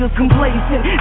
complacent